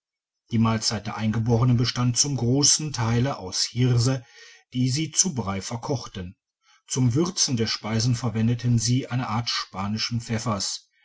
die mahlzeit der eingeborenen bestand zum grossen teile aus hirse die sie zu brei verkochten zum würzen der speisen verwenden sie eine art spanischen